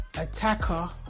attacker